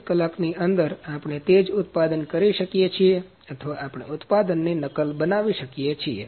24 કલાકની અંદર આપણે તે જ ઉત્પાદન કરી શકીએ છીએ અથવા આપણે ઉત્પાદનની નકલ બનાવી શકીએ છીએ